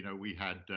you know we had,